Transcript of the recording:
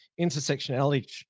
intersectionality